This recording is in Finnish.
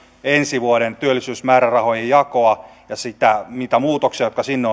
ensi vuoden työllisyysmäärärahojen jakoa ja niitä muutoksia jotka sinne